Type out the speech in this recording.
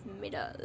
middle